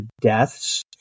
Deaths